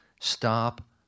stop